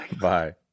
Bye